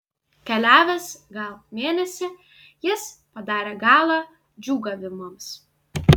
keliavęs gal mėnesį jis padarė galą džiūgavimams